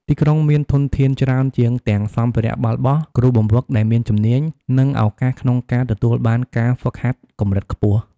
ទីក្រុងមានធនធានច្រើនជាងទាំងសម្ភារៈបាល់បោះ គ្រូបង្វឹកដែលមានជំនាញ និងឱកាសក្នុងការទទួលបានការហ្វឹកហាត់កម្រិតខ្ពស់។